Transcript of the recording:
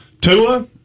Tua